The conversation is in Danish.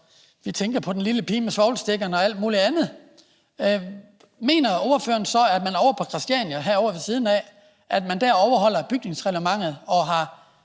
vi tænker på den lille pige med svovlstikkerne og alt muligt andet, mener ordføreren så, at man ovre på Christiania, herovre ved siden af, overholder bygningsreglementet og har